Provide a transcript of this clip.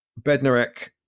Bednarek